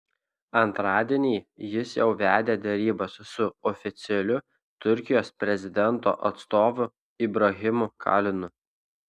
antradienį jis jau vedė derybas su oficialiu turkijos prezidento atstovu ibrahimu kalinu